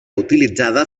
utilitzada